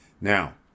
Now